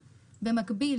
ראשית.